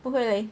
不会 leh